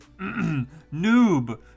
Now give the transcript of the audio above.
noob